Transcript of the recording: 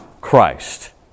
Christ